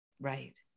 Right